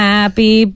Happy